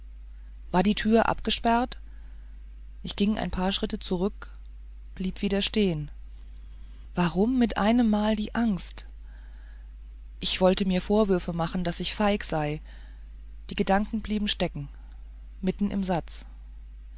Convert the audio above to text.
war die tür abgesperrt ich ging ein paar schritte zurück blieb wieder stehen warum mit einem male die angst ich wollte mir vorwürfe machen daß ich feig sei die gedanken blieben stecken mitten im satz